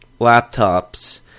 laptops